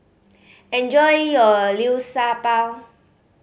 enjoy your Liu Sha Bao